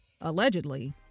allegedly